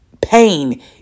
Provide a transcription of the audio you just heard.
pain